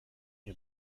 nie